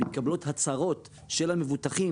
ומתקבלות הצהרות של המבוטחים,